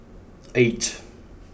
eight